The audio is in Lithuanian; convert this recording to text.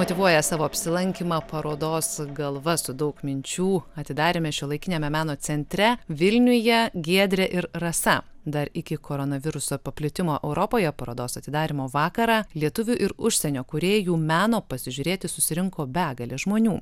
motyvuoja savo apsilankymą parodos galva su daug minčių atidaryme šiuolaikiniame meno centre vilniuje giedrė ir rasa dar iki koronaviruso paplitimo europoje parodos atidarymo vakarą lietuvių ir užsienio kūrėjų meno pasižiūrėti susirinko begalė žmonių